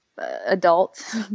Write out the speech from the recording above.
adult